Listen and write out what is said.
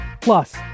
Plus